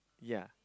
ya